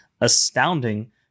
astounding